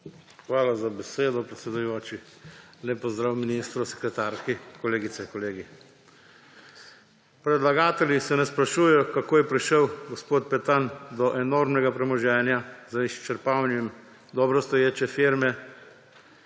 Hvala za besedo, predsedujoči. Lep pozdrav ministru, sekretarki. Kolegice, kolegi! Predlagatelji se ne sprašujejo, kako je prišel gospod Petan do enormnega premoženja z izčrpavanjem dobrostoječe firme: